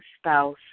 spouse